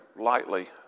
lightly